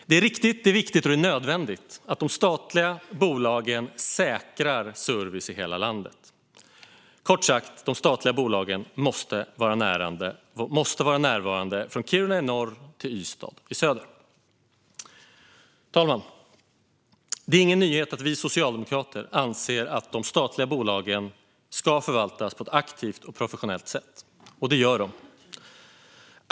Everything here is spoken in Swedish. Det är riktigt, viktigt och nödvändigt att de statliga bolagen säkrar service i hela landet. Kort sagt måste de statliga bolagen vara närvarande från Kiruna i norr till Ystad i söder. Fru talman! Det är ingen nyhet att vi socialdemokrater anser att de statliga bolagen ska förvaltas på ett aktivt och professionellt sätt, och de gör det.